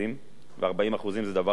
ו-40% זה דבר דרמטי.